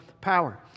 power